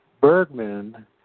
Bergman